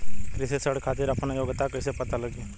कृषि ऋण के खातिर आपन योग्यता कईसे पता लगी?